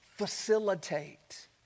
facilitate